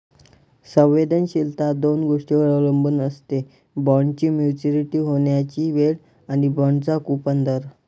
संवेदनशीलता दोन गोष्टींवर अवलंबून असते, बॉण्डची मॅच्युरिटी होण्याची वेळ आणि बाँडचा कूपन दर